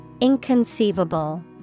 Inconceivable